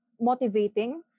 motivating